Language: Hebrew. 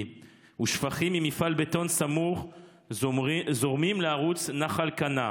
ושפכים ממפעל בטון סמוך זורמים לערוץ נחל קנה.